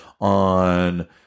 on